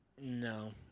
no